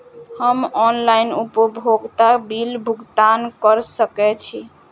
हम ऑनलाइन उपभोगता बिल भुगतान कर सकैछी?